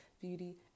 beauty